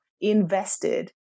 invested